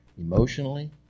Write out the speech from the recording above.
emotionally